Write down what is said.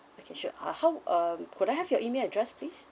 okay sure uh how um could I have your email address please